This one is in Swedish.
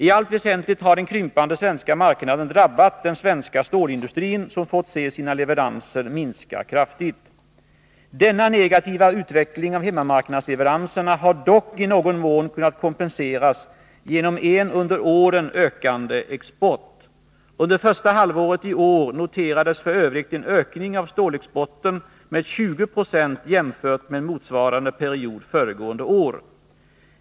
I allt väsentligt har den krympande svenska marknaden drabbat den svenska stålindustrin, som fått se sina leveranser minska kraftigt. Denna negativa utveckling av hemmamarknadsleveranserna har dock i någon mån kunnat kompenseras genom en under åren ökande export. Under första halvåret i år noterades f.ö. en ökning av stålexporten med 20 26 Nr 22 jämfört med motsvarande period föregående år.